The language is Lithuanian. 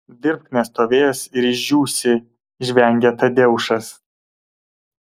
dirbk nestovėjęs ir išdžiūsi žvengia tadeušas